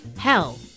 Hell